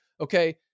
okay